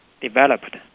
developed